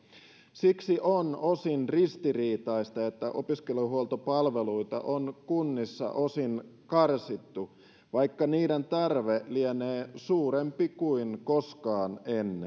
siksi on ristiriitaista että opiskelijahuoltopalveluita on kunnissa osin karsittu vaikka niiden tarve lienee suurempi kuin koskaan ennen